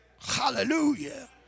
Hallelujah